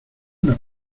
una